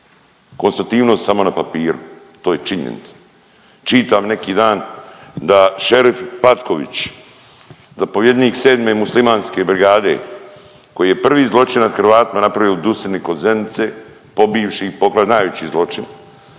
Konstitutivnost samo na papiru, to je činjenica. Čitam neki dan da Šerif Patković, zapovjednik 7. muslimanske brigade, koji je prvi zločin nad Hrvatima napravio u Dusini kod Zenice pobivši i poklao najveći zločin